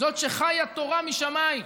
זאת שחיה תורה משמיים.